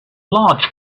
large